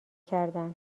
کردن